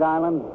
Island